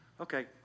Okay